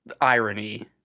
irony